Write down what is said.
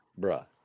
bruh